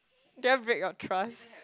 did I break your trust